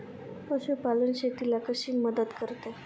पशुपालन शेतीला कशी मदत करते?